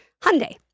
Hyundai